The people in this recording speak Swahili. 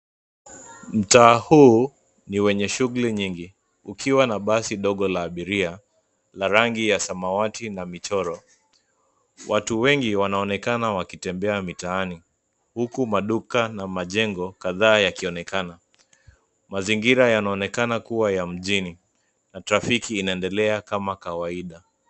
Mtaa huu ni wenye shuguli nyingi ukiwa na basi dogo la abiria, la rangi ya samawati na michoro. Watu wengi wanaonekana wakitembea mitaani, huku maduka na majengo kadhaa yakionekana. Mazingira yanonekana kuwa ya mjini na trafiki inaendelea kama kawaida.